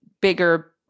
bigger